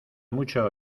mucho